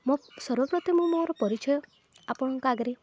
ମୋ ସର୍ବ ପ୍ରଥମେ ମୁଁ ମୋର ପରିଚୟ ଆପଣଙ୍କ ଆଗରେ